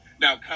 Now